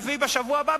ותביא בשבוע הבא,